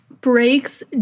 breaks